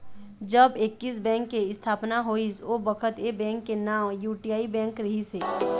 जब Axis bank के इस्थापना होइस ओ बखत ऐ बेंक के नांव यूटीआई बेंक रिहिस हे